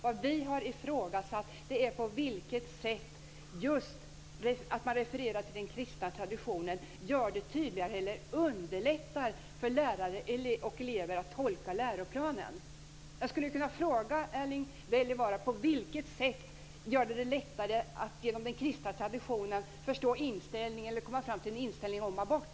Vad vi har ifrågasatt är på vilket sätt det gör det tydligare eller underlättar för lärare och elever att tolka läroplanen att man refererar till den kristna traditionen. Jag skulle kunna fråga Erling Wälivaara på vilket sätt det gör det lättare att genom den kristna traditionen komma fram till en inställning om abort.